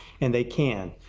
and they can.